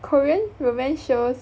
Korean romance shows